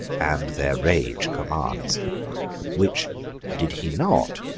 and their rage commands which did he not,